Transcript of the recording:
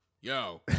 yo